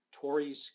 Tories